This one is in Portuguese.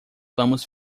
vamos